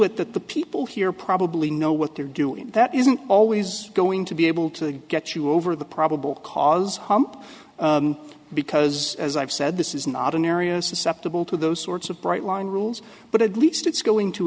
it that the people here probably know what they're doing that isn't always going to be able to get you over the probable cause hump because as i've said this is not an area susceptible to those sorts of bright line rules but at least it's going to